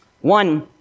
One